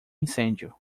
incêndio